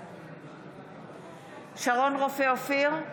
בעד שרון רופא אופיר,